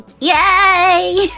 Yay